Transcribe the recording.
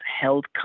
held